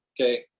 okay